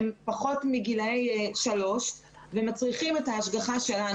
הם פחות מגיל שלוש והם צריכים את ההשגחה שלנו.